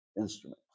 instrument